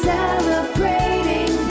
Celebrating